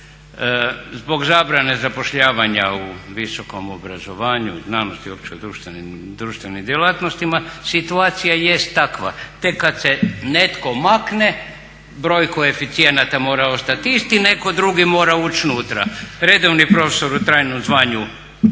Zbog zabrane zapošljavanja u visokom obrazovanje i znanosti, općim društvenim djelatnostima situacija jest takva. Tek kad se netko makne broj koeficijenata mora ostati isti i netko drugi mora ući unutra. Redovni profesor u trajnom zvanju